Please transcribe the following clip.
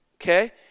Okay